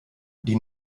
die